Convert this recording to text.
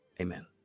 Amen